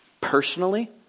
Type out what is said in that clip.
personally